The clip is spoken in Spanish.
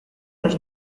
los